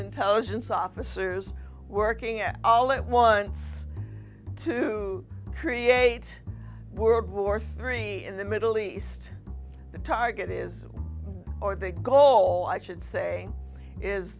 intelligence officers working at all at once to create world war three in the middle east the target is or the goal i should say is